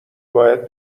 باید